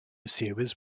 series